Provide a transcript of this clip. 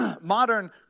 Modern